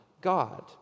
God